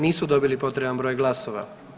Nisu dobili potreban broj glasova.